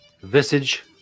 visage